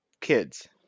kids